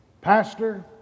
pastor